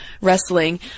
wrestling